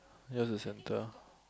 yours is centre